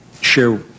share